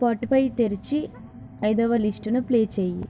Spotify తెరిచి ఐదవ లిస్టును ప్లే చేయి